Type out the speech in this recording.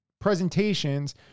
presentations